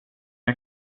jag